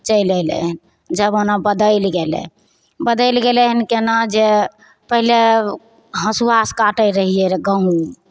चलि अयलै हन जमाना बदलि गेलै बदलि गेलै हन केना जे पहिले हँसुआसँ काटैत रहियै रहय गहूँम